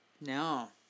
No